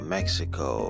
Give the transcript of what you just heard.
Mexico